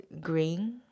Green